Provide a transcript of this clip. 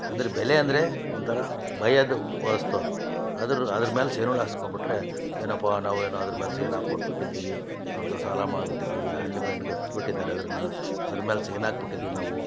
ಅಂದ್ರೆ ಬೆಲೆ ಅಂದರೆ ಒಂಥರ ಭಯದ ವಸ್ತು ಅದು ಅದ್ರ ಅದ್ರ ಮೇಲೆ ಸೈನುಗ್ಳು ಹಾಕಿಸ್ಕೋಬಿಟ್ರೆ ಏನಪ್ಪ ನಾವು ಏನೋ ಅದ್ರ ಮೇಲೆ ಸೈನ್ ಹಾಕ್ಕೊಟ್ಬಿಟ್ಟಿದೀವಿ ಅವ್ರ ಹತ್ರ ಸಾಲ ಮಾಡ್ಬಿಟ್ಟಿದೀವಿ ಹಂಡ್ ಬೆಂಡ್ಗ್ ಹತ್ಸ್ಬಿಟ್ಟಿದ್ದಾರೆ ಅದನ್ನ ಅದ್ರ ಮೇಲೆ ಸೈನ್ ಹಾಕ್ಬಿಟ್ಟಿದೀವ್ ನಾವು